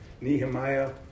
Nehemiah